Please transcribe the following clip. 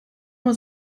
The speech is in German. nur